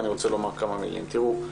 אני רוצה לומר כמה מילים: תראו,